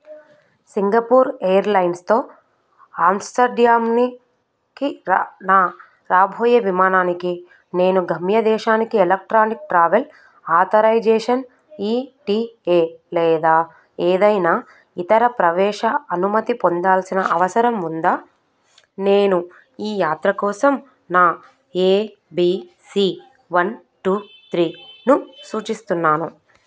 Singapore ఎయిర్లైన్స్తో ఆమ్స్టర్డామ్కి నా రాబోయే విమానానికి నేను గమ్య దేశానికి electronic travel authorization E T A లేదా ఏదైనా ఇతర ప్రవేశ అనుమతి పొందాల్సిన అవసరం ఉందా నేను ఈ యాత్ర కోసం నా A B C one two త్రీను సూచిస్తున్నాను